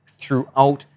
throughout